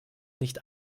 nicht